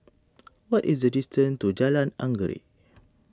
what is the distance to Jalan Anggerek